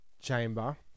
chamber